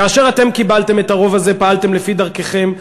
כאשר אתם קיבלתם את הרוב הזה פעלתם לפי דרככם,